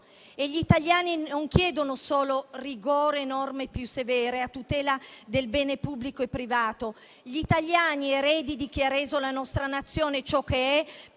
Gli italiani non chiedono solo rigore e norme più severe, a tutela del bene pubblico e privato. Gli italiani, eredi di chi ha reso la nostra Nazione ciò che è,